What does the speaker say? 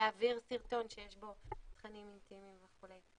להעביר סרטון שיש בו תכנים אינטימיים וכולי.